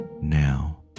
now